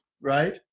right